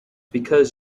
because